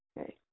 Okay